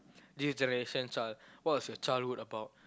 this generation child what was your childhood about